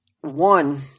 one